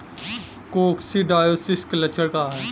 Coccidiosis के लक्षण का ह?